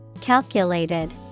Calculated